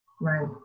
Right